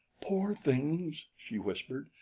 poor things, she whispered.